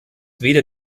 weder